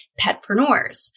petpreneurs